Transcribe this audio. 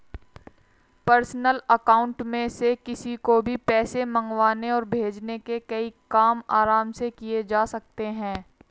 personal account में से किसी को भी पैसे मंगवाने और भेजने के कई काम आराम से किये जा सकते है